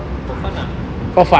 for fun ah